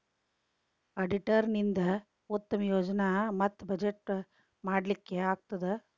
auditor ನಿಂದಾ ಉತ್ತಮ ಯೋಜನೆ ಮತ್ತ ಬಜೆಟ್ ಮಾಡ್ಲಿಕ್ಕೆ ಆಗ್ತದ